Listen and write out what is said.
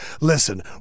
listen